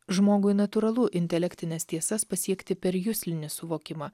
žmogui natūralu intelektines tiesas pasiekti per juslinį suvokimą